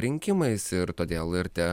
rinkimais ir todėl ir tie